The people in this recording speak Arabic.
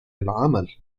العمل